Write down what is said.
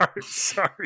sorry